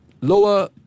Lower